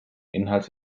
inhalts